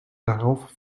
darauf